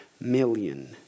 million